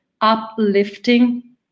uplifting